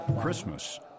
Christmas